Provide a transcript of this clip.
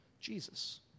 Jesus